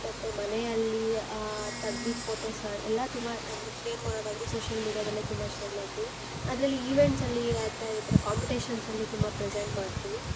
ಮತ್ತು ಮನೆಯಲ್ಲಿ ತೆಗ್ದಿದ್ದ ಫೋಟೋಸ ಎಲ್ಲ ತುಂಬ ಅಂದರೆ ಶೇರ್ ಮಾಡೋದಾದರೆ ಸೋಶ್ಯಲ್ ಮೀಡ್ಯಾದಲ್ಲೇ ತುಂಬ ಶೇರ್ ಮಾಡ್ತೀವಿ ಅದರಲ್ಲಿ ಇವೆಂಟ್ಸಲ್ಲಿ ಅಥವಾ ಈ ಥರ ಕಾಂಪಿಟೇಷನ್ಸಲ್ಲಿ ತುಂಬ ಪ್ರೆಸೆಂಟ್ ಮಾಡ್ತೀನಿ